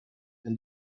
and